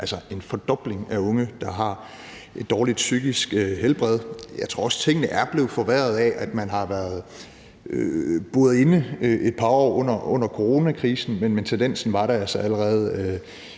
altså en fordobling af antallet af unge, der har et dårligt psykisk helbred. Jeg tror også, at tingene er blevet forværret af, at man har været buret inde et par år under coronakrisen, men tendensen var der altså allerede